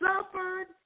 suffered